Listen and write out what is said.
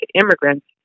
immigrants